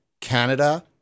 Canada